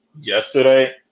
yesterday